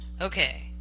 Okay